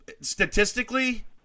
statistically